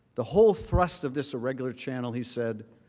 the whole thrust of this irregular channel he said,